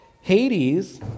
hades